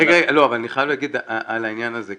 אני חייב להגיד על העניין הזה,